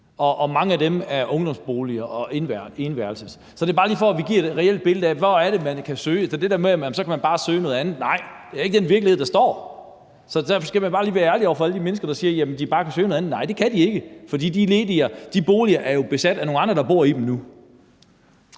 og mange af dem er ungdomsboliger og etværelses boliger. Så det er bare lige for, at vi giver et reelt billede af, hvor det er, man kan søge. Det der med, at man så bare kan søge noget andet, er ikke den virkelighed, der er. Så derfor skal man bare lige være ærlig over for alle de mennesker i stedet for at sige, at de bare kan søge noget andet. Nej, det kan de ikke, for de boliger er jo beboet af nogle andre, der bor i dem nu.